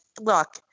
look